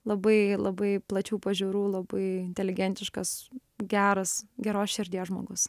labai labai plačių pažiūrų labai inteligentiškas geras geros širdies žmogus